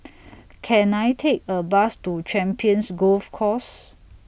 Can I Take A Bus to Champions Golf Course